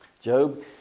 Job